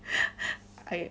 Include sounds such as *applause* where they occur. *laughs*